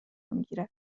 میگیرد